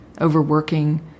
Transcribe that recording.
overworking